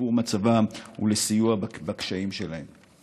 לשיפור מצבן ולסיוע בקשיים שלהן.